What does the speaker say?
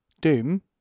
Doom